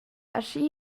aschi